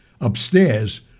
upstairs